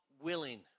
willing